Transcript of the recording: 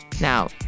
Now